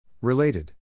Related